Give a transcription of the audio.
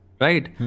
Right